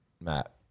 Matt